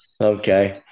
Okay